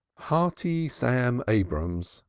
hearty sam abrahams,